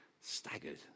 staggered